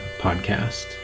Podcast